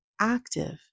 active